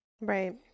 Right